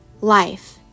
life